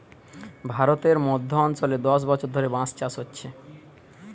ভারতের মধ্য অঞ্চলে দশ বছর ধরে বাঁশ চাষ হচ্ছে